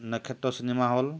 নক্ষত্ৰ চিনেমা হল